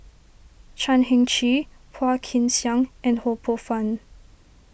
Chan Heng Chee Phua Kin Siang and Ho Poh Fun